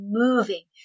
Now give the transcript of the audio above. moving